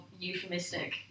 euphemistic